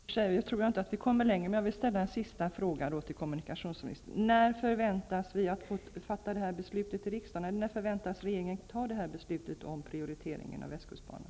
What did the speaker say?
Fru talman! Jag tror i och för sig att vi inte kommer längre, men jag vill ställa en sista fråga till kommunikationsministern. När förväntas vi fatta detta beslut i riksdagen? När förväntas regeringen fatta beslut om prioriteringen av västkustbanan?